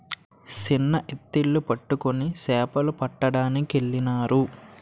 చిన్న ఎత్తిళ్లు పట్టుకొని సేపలు పట్టడానికెళ్ళినారు